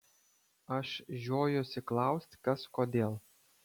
aš žiojuosi klaust kas kodėl